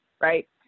right